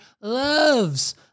loves